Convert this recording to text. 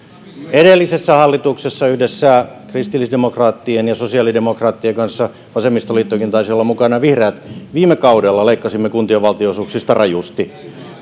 edellisessä hallituksessa yhdessä kristillisdemokraattien ja sosiaalidemokraattien kanssa vasemmistoliittokin taisi olla mukana ja vihreät leikkasimme kuntien valtionosuuksista rajusti